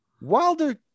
Wilder